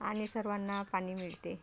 आणि सर्वांना पाणी मिळते